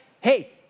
hey